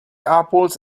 apples